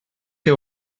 que